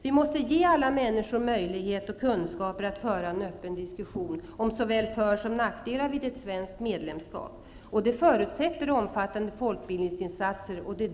Vi måste ge alla människor möjlighet och kunskap i syfte att föra en öppen diskussion om såväl för som nackdelar vid ett svenskt medlemskap, vilket förutsätter omfattande folkbildningsinsatser.